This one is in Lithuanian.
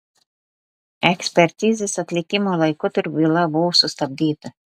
ekspertizės atlikimo laikotarpiu byla buvo sustabdyta